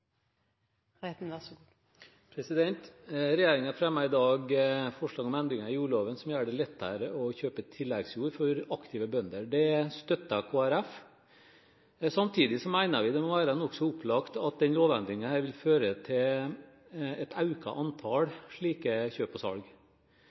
og riktig, så gjør vi den endringen – og gjennomfører den. Regjeringen fremmer i dag forslag om endringer i jordloven som gjør det lettere å kjøpe tilleggsjord for aktive bønder. Det støtter Kristelig Folkeparti, men samtidig mener vi det må være nokså opplagt at den lovendringen vil føre til